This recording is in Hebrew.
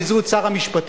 ביזו את שר המשפטים,